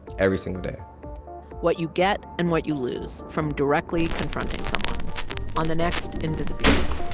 every single day what you get and what you lose from directly confronting someone on the next invisibilia